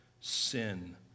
Sin